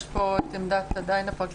יש פה את עמדת הפרקליטות,